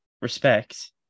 Respect